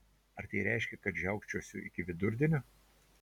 ar tai reiškia kad žiaukčiosiu iki vidurdienio